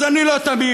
אז אני לא תמים,